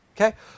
Okay